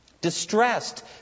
Distressed